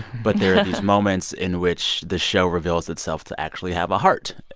but there are these moments in which the show reveals itself to actually have a heart.